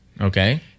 okay